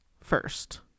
first